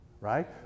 right